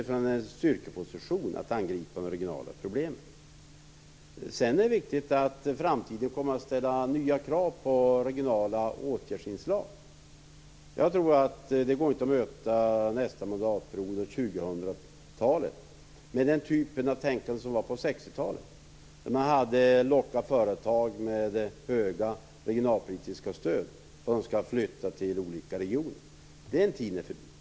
Utifrån en styrkeposition kan vi nu angripa de regionala problemen. Det är riktigt att framtiden kommer att ställa nya krav på regionala åtgärdsinslag. Jag tror inte att det går att möta nästa mandatperiod och 2000-talet med den typ av tänkande som förekom på 60-talet, då man lockade företag med höga regionalpolitiska stöd för att de skulle flytta till olika regioner. Den tiden är förbi.